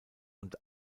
und